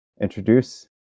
introduce